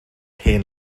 hen